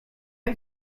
and